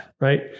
Right